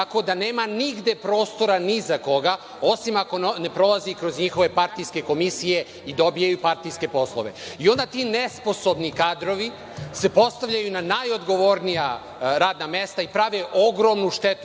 Tako da nema nigde prostora ni za koga, osim ako ne prolazi kroz njihove partijske komisije i dobije partijske poslove.I onda ti nesposobni kadrovi se postavljaju na najodgovornija radna mesta i prave ogromnu štetu